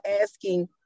asking